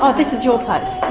um this is your place.